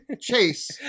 chase